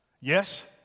yes